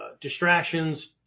distractions